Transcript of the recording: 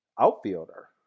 outfielder